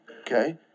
Okay